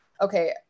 okay